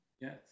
Yes